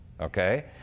okay